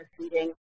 feeding